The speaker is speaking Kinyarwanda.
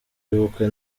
y’ubukwe